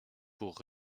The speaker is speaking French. pour